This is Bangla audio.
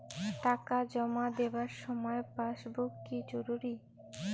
টাকা জমা দেবার সময় পাসবুক কি জরুরি?